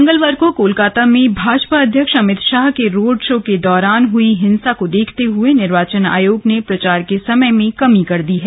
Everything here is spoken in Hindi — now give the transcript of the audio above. मंगलवार को कोलकाता में भाजपा अध्यक्ष अमित शाह के रोड शो के दौरान हई हिंसा को देखते हुए निर्वाचन आयोग ने प्रचार के समय में कमी कर दी है